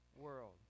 world